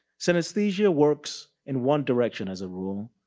synesthesia works in one direction as a rule,